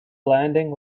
landing